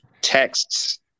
texts